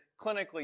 clinically